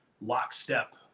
lockstep